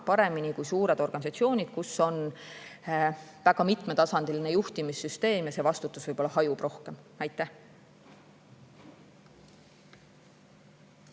paremini kui suured organisatsioonid, kus on väga mitmetasandiline juhtimissüsteem ja vastutus võib-olla hajub rohkem. Rohkem